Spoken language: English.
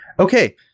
Okay